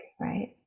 Right